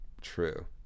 true